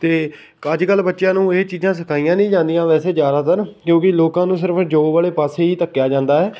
ਅਤੇ ਅੱਜ ਕੱਲ੍ਹ ਬੱਚਿਆਂ ਨੂੰ ਇਹ ਚੀਜ਼ਾਂ ਸਿਖਾਈਆਂ ਨਹੀਂ ਜਾਂਦੀਆਂ ਵੈਸੇ ਜ਼ਿਆਦਾਤਰ ਕਿਉਂਕਿ ਲੋਕਾਂ ਨੂੰ ਸਿਰਫ਼ ਜੋਬ ਵਾਲੇ ਪਾਸੇ ਹੀ ਧੱਕਿਆ ਜਾਂਦਾ ਹੈ